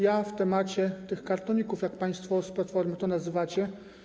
Ja na temat tych kartoników, jak państwo z Platformy to nazywacie.